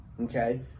okay